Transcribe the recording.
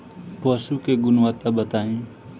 पशु सब के गुणवत्ता बताई?